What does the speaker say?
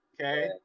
Okay